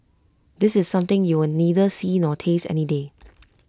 this is something you'll neither see nor taste any day